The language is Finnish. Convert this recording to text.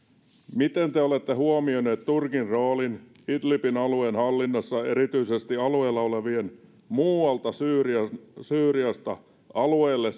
miten te olette huomioineet turkin roolin idlibin alueen hallinnassa erityisesti alueella olevien muualta syyriasta syyriasta alueelle